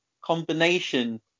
Combination